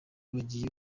bagiye